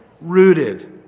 rooted